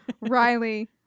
Riley